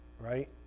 right